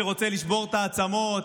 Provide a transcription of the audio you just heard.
שרוצה לשבור את העצמות,